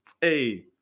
hey